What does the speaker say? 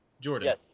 Jordan